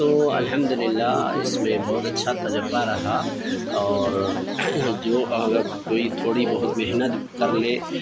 تو الحمد للہ اس میں بہت اچھا تجربہ رہا اور جو اگر کوئی تھوڑی بہت محنت کرلے